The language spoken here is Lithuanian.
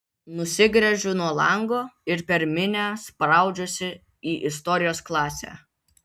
nusigręžiu nuo lango ir per minią spraudžiuosi į istorijos klasę